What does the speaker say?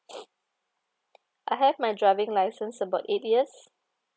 I have my driving license about eight years